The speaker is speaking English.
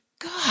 God